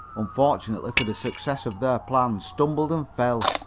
unfortunately for the success of their plan, stumbled and fell,